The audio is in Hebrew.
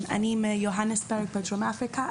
אני מיוהנסבורג בדרום אפריקה,